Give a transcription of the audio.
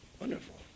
Wonderful